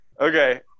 okay